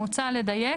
מוצע לדייק,